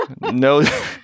No